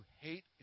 hate